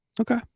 Okay